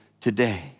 today